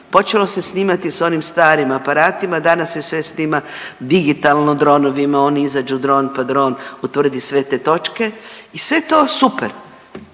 Počelo se snimati sa onim starim aparatima, danas se sve snima digitalno dronovima, oni iziđu dron po dron, utvrdi sve te točke i sve to super,